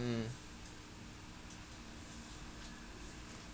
mm